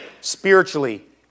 spiritually